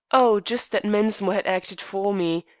oh, just that mensmore had acted for me.